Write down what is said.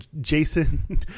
Jason